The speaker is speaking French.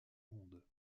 monde